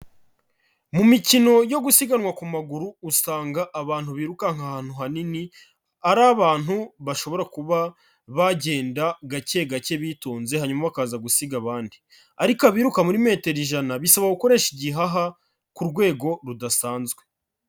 Mu mikino yo gusiganwa ku maguru usanga abantu birukanka ahantu hanini ari abantu bashobora kuba bagenda gake gake bitonze hanyuma kaza gusiga abandi ariko abiruka muri metero ijana bisaba gukoresha igihaha ku rwego rudasanzwe.